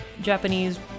japanese